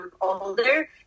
older